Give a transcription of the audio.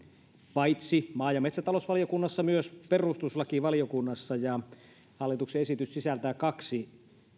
paitsi maa ja metsätalousvaliokunnassa myös perustuslakivaliokunnassa hallituksen esitys sisältää kaksi